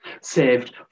Saved